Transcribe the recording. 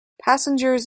passengers